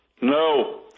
No